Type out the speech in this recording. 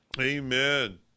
Amen